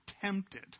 tempted